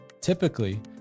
Typically